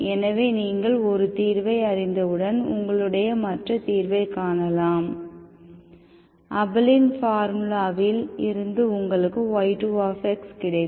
எனவே நீங்கள் ஒரு தீர்வை அறிந்தவுடன் உங்களுடைய மற்ற தீர்வைக் காணலாம் ஆபெலின் பார்முலாவில் இருந்து உங்களுக்கு y2x கிடைக்கும்